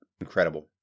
Incredible